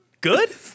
good